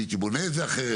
הייתי בונה את זה אחרת,